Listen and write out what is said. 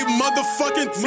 motherfucking